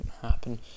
happen